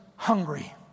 hungry